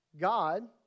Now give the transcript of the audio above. God